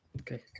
Okay